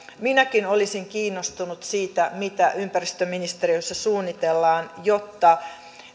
minäkin olisin kiinnostunut siitä mitä ympäristöministeriössä suunnitellaan jotta